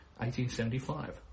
1875